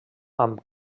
amb